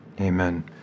Amen